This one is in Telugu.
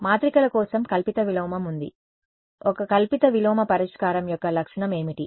మాత్రికల కోసం కల్పిత విలోమం ఉంది ఒక సూడో విలోమ పరిష్కారం యొక్క లక్షణం ఏమిటి